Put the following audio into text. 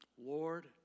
Lord